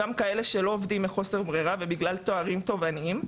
גם כאלה שלא עובדים מחוסר ברירה ובגלל תארים תובעניים,